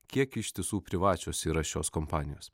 kiek iš tiesų privačios yra šios kompanijos